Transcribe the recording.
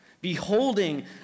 Beholding